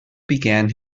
began